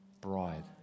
bride